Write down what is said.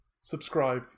subscribe